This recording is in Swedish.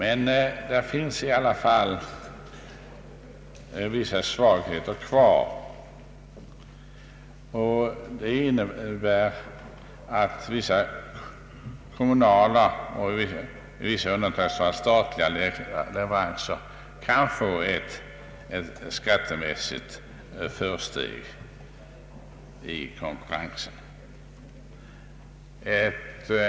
En del svagheter kvarstår dock ändå, som innebär att kommunala och i vissa undantagsfall även statliga leveranser kan få ett skattemässigt försteg i konkurrensen.